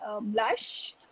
blush